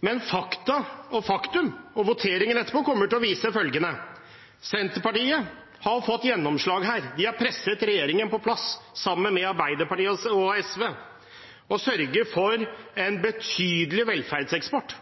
Men faktum og voteringen etterpå kommer til å vise følgende: Senterpartiet har fått gjennomslag her, de har presset regjeringen på plass, sammen med Arbeiderpartiet og SV, og sørger for en betydelig velferdseksport.